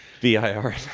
vir